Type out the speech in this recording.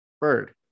Bird